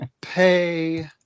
pay